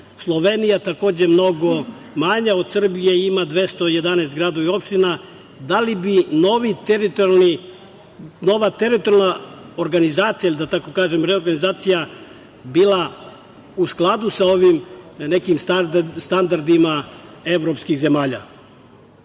Slovenija, takođe mnogo manja od Srbije, ima 211 gradova i opština. Da li bi nova teritorijalna organizacija, ili da tako kažem, reorganizacija, bila u skladu sa ovim nekim standardima evropskih zemalja? Takođe,